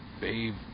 babe